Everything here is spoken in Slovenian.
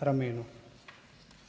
ramenu.